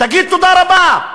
תגיד תודה רבה.